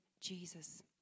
Jesus